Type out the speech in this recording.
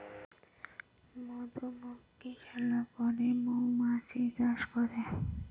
মধুমক্ষিশালা করে মৌমাছি চাষ করে